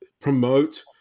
promote